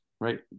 right